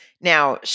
now